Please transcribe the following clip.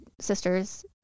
sisters